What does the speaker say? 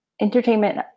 entertainment